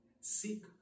Seek